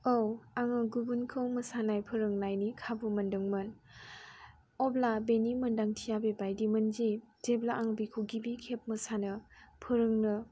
औ आङो गुबुनखौ मोसानाय फोरोंनायनि खाबु मोनदोंमोन अब्ला बेनि मोनदांथिया बेबायदिमोन जि जेब्ला आं बेखौ गिबि खेब मोसानो फोरोंनो